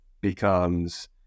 becomes